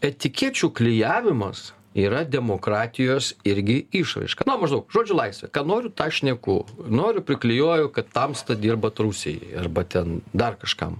etikečių klijavimas yra demokratijos irgi išraiška na maždaug žodžio laisvė ką noriu tą šneku noriu priklijuoju kad tamsta dirbat rusijai arba ten dar kažkam